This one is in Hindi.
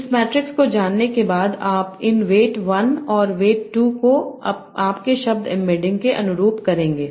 इस मैट्रिक्स को जानने के बाद आप इन वेट वन और वेट 2 को आपके शब्द एम्बेडिंग के अनुरूप करेंगे